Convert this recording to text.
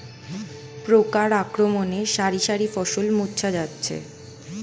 পোকার আক্রমণে শারি শারি ফসল মূর্ছা যাচ্ছে